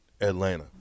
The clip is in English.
Atlanta